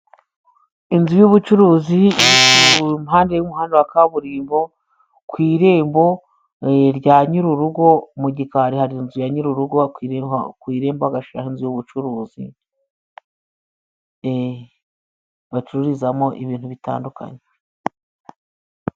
Inzu y'ubucuruzi iri ku mpande y'umuhanda wa kaburimbo ku irembo rya nyiri urugo, mu gikari hari inzu ya nyiri urugo, Ku irembo bagashiramo inzu y'ubucuruzi bacururizamo ibintu bitandukanye.